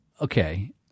okay